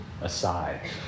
aside